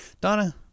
Donna